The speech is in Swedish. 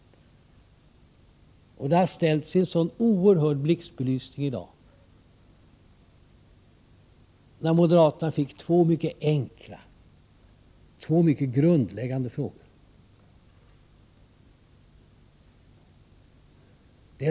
Detta ställdes i en oerhörd blixtbelysning i dag när moderaterna fick två mycket enkla och mycket grundläggande frågor.